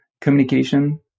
Communication